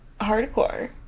Hardcore